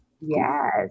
Yes